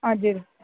हजुर